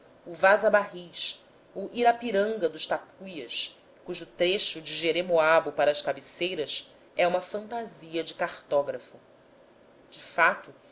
o vaza barris o irapiranga dos tapuias cujo trecho de jeremoabo para as cabeceiras é uma fantasia de cartógrafo de fato